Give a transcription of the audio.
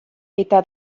eta